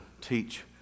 teach